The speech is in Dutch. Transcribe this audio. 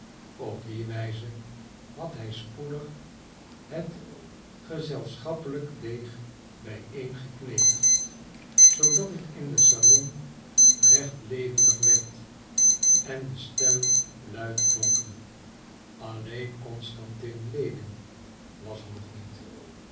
op die wijze had hij spoedig het gezelschappelijk deeg bijeen gekneed zoodat het in het salon recht levendig werd en de stemmen luid klonken alleen constantin lewin was er nog niet